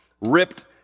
ripped